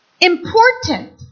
Important